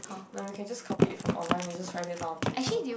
no we can just copy it from online then just write it down on paper